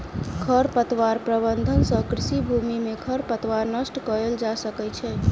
खरपतवार प्रबंधन सँ कृषि भूमि में खरपतवार नष्ट कएल जा सकै छै